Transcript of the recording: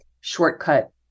shortcut